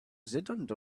sit